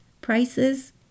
prices